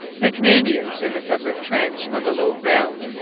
the canadians in the separate trench on the low ground,